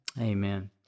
Amen